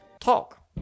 talk